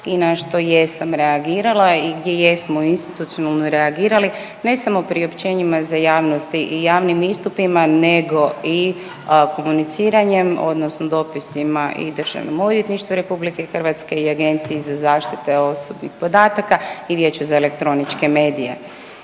i na što jesam reagirala i gdje jesmo institucionalno reagirali, ne samo priopćenjima za javnost i javnim istupima nego i komuniciranjem odnosno dopisima i DORH-u i Agenciji za zaštite osobnih podataka i Vijeću za elektroničke medije,